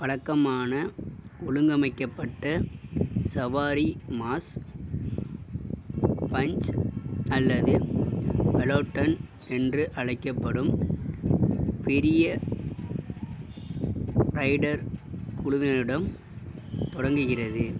வழக்கமான ஒழுங்கமைக்கப்பட்ட சவாரி மாஸ் பஞ்ச் அல்லது பெலோட்டன் என்று அழைக்கப்படும் பெரிய ரைடர் குழுவினருடன் தொடங்குகிறது